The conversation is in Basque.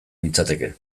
nintzateke